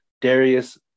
Darius